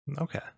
Okay